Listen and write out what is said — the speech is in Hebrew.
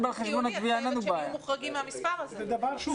זה דיון שאפשר לעשות.